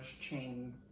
chain